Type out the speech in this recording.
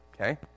okay